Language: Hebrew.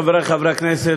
חברי חברי הכנסת,